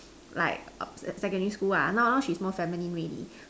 like err secondary school ah now she is more feminine already